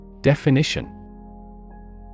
definition